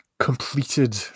completed